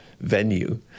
venue